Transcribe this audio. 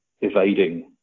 evading